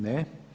Ne.